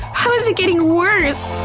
how is it getting worse?